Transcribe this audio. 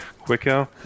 quicker